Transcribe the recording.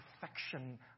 perfection